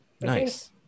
Nice